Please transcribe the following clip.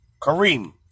Kareem